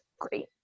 great